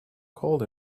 cold